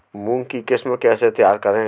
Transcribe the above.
मूंग की किस्म कैसे तैयार करें?